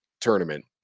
tournament